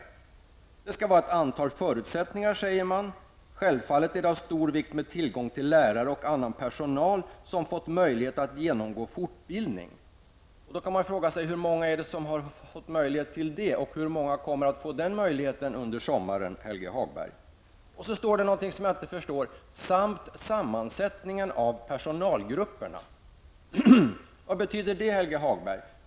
Ett antal förutsättningar skall vara uppfyllda, säger man, liksom att det självfallet är av stor vikt med tillgång till lärare och annan personal, som fått möjlighet att genomgå fortbildning. Då kan man fråga sig: Hur många har fått möjlighet till detta? Och hur många kommer att få den möjligheten under sommaren, Helge Hagberg? Sedan står det i betänkandet något som jag inte förstår. Det står att också ''sammansättningen av personalgrupperna'' är av stor vikt. Vad betyder det, Helge Hagberg?